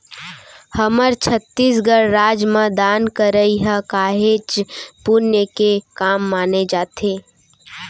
हमर छत्तीसगढ़ राज म दान करई ह काहेच पुन्य के काम माने जाथे